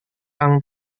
yang